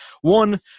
one